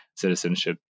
citizenship